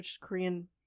Korean